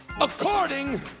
according